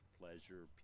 pleasure